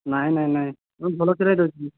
ନାଇଁ ନାଇଁ ନାଇଁ ମୁଁ ଭଲ କ୍ଷୀର ହିଁ ଦେଉଛି